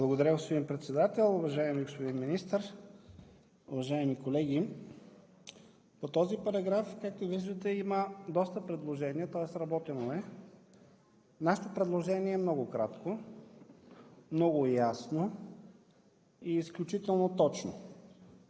Благодаря, господин Председател. Уважаеми господин Министър, уважаеми колеги! По този параграф има доста предложения, тоест работено е. Нашето предложение е много кратко, много ясно и изключително точно.